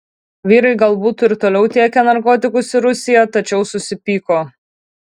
vyrai gal būtų ir toliau tiekę narkotikus į rusiją tačiau susipyko